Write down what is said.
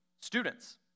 students